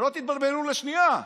שלא תתבלבלו לשנייה.